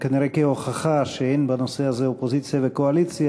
כנראה כהוכחה שאין בנושא הזה אופוזיציה וקואליציה,